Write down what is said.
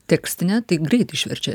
tekstinę tai greit išverčia